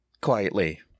Quietly